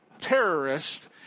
terrorist